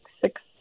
six